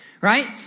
Right